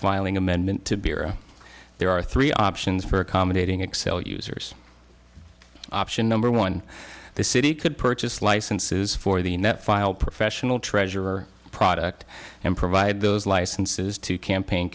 filing amendment to bere there are three options for accommodating excel users option number one the city could purchase licenses for the net file professional treasurer product and provide those licenses to campaign